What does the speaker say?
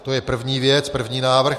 To je první věc, první návrh.